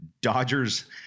Dodgers